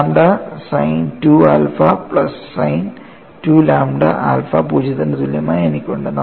lambda sine 2 alpha plus sine 2 lambda alpha 0 ന് തുല്യമായി എനിക്കുണ്ട്